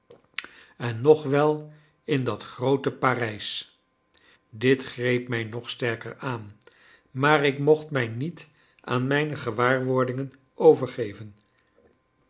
en nog wel in dat groote parijs dit greep mij nog sterker aan maar ik mocht mij niet aan mijne gewaarwordingen overgeven